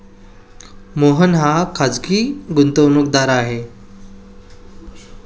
मोहन हा खाजगी गुंतवणूकदार आहे